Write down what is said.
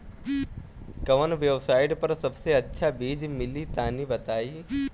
कवन वेबसाइट पर सबसे अच्छा बीज मिली तनि बताई?